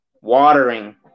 watering